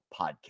podcast